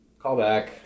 Callback